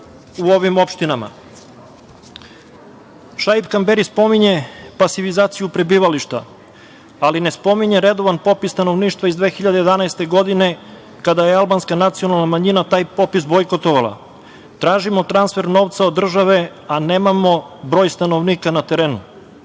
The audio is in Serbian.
u ovim opštinama. Šaip Kamberi spominje pasifizaciju prebivališta, ali ne spominje redovan popis stanovništva iz 2011. godine, kada je albanska nacionalna manjina taj popis bojkotovala. Tražimo transfer novca od države, a nemamo broj stanovnika na